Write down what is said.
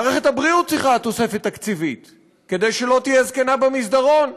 מערכת הבריאות צריכה תוספת תקציבית כדי שלא תהיה זקנה במסדרון,